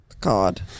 God